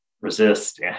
resist